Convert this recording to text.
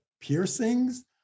piercings